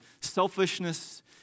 selfishness